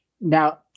Now